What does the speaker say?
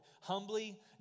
humbly